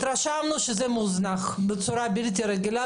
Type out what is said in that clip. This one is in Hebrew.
התרשמנו שזה מוזנח בצורה בלתי רגילה,